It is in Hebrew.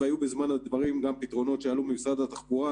והיו בזמנו גם פתרונות שעלו ממשרד התחבורה